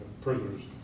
prisoners